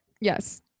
Yes